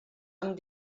amb